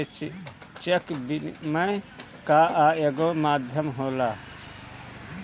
traveller cheque विनिमय कअ एगो माध्यम होला